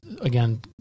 again